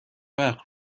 وقت